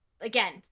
Again